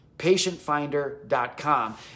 PatientFinder.com